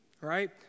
right